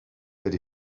that